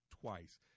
twice